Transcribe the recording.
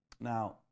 Now